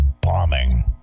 bombing